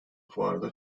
fuarda